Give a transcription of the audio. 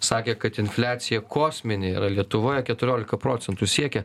sakė kad infliacija kosminė yra lietuvoje keturiolika procentų siekia